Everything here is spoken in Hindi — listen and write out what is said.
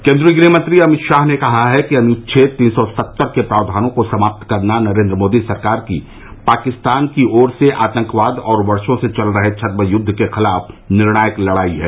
केन्द्रीय गृहमंत्री अमित शाह ने कहा है कि अनुछेद तीन सौ सत्तर के प्रावधानों को समाप्त करना नरेन्द्र मोदी सरकार की पाकिस्तान की ओर से आतंकवाद और वर्षो से चले आ रहे छदम युद्द के खिलाफ निर्णायक लड़ाई है